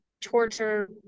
torture